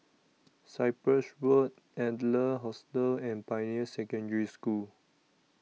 Cyprus Road Adler Hostel and Pioneer Secondary School